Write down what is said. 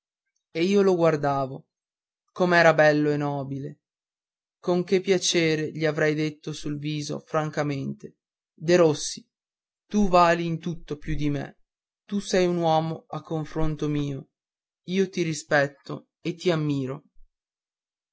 e io lo guardavo com'era bello e nobile con che piacere gli avrei detto sul viso francamente derossi tu vali in tutto più di me tu sei un uomo a confronto mio io ti rispetto e ti ammiro